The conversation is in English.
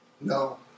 No